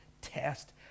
Test